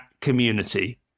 community